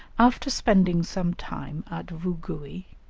after spending some time at vugui,